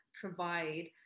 provide